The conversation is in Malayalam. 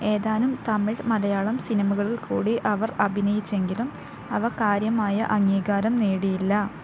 ഏതാനും തമിഴ് മലയാളം സിനിമകളിൽക്കൂടി അവര് അഭിനയിച്ചെങ്കിലും അവ കാര്യമായ അംഗീകാരം നേടിയില്ല